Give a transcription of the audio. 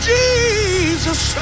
jesus